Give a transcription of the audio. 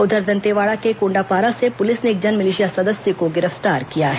उधर दंतेवाड़ा के कोंडापारा से पुलिस ने एक जनमिलिशिया सदस्य को गिरफ्तार किया है